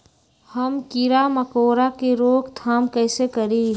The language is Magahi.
हम किरा मकोरा के रोक थाम कईसे करी?